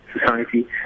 Society